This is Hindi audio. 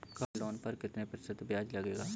कार लोन पर कितना प्रतिशत ब्याज लगेगा?